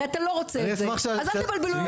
הרי אתה לא רוצה את זה, אז אל תבלבלו לנו את השכל.